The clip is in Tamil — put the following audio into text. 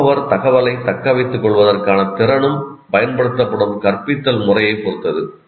கற்பவர் தகவலைத் தக்க வைத்துக் கொள்வதற்கான திறனும் பயன்படுத்தப்படும் கற்பித்தல் முறையைப் பொறுத்தது